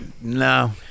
no